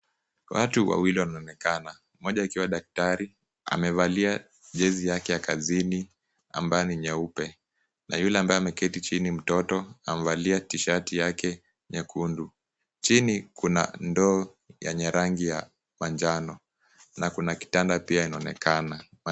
Watu wawili wanaonekana. Mmoja akiwa daktari, amevalia jezi yake ya kazini, ambayo ni nyeupe. Na yule ambaye ameketi chini mtoto amvalia t-shati yake nyekundu. Chini kuna ndoo yenye rangi ya manjano, na kuna kitanda pia inaonekana.